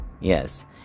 yes